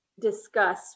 discuss